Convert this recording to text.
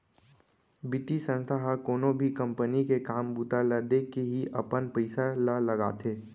बितीय संस्था ह कोनो भी कंपनी के काम बूता ल देखके ही अपन पइसा ल लगाथे